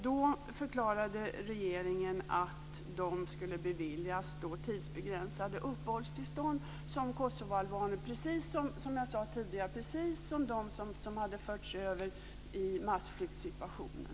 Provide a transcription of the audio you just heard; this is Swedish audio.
Då förklarade regeringen att dessa personer skulle beviljas tidsbegränsade uppehållstillstånd som kosovoalbaner, precis som de personer, som jag sade tidigare, som förts över i massflyktssituationen.